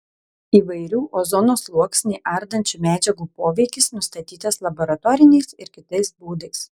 įvairių ozono sluoksnį ardančių medžiagų poveikis nustatytas laboratoriniais ir kitais būdais